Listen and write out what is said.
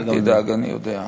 אל תדאג, אני יודע.